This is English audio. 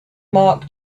mark